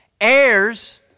Heirs